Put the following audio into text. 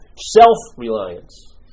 Self-reliance